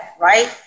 right